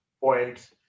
point